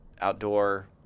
outdoor